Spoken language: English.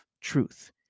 truth